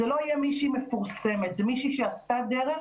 זו לא תהיה מישהי מפורסמת זו תהיה מישהי שעשתה דרך,